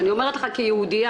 אני אומרת לך שכיהודייה,